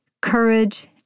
courage